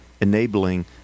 enabling